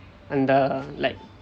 அந்த:antha like